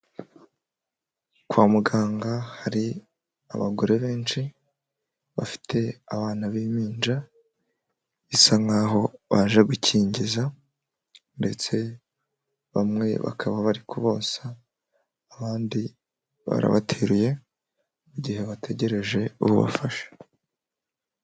Kwa muganga hari abagore benshi bafite abana b'impinja bisa nkaho baje gukingiza ndetse bamwe bakaba bari kubonsa, abandi barabateruye mu gihe bategereje ububafasha.